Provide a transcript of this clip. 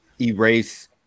erase